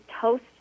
toast